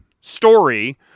story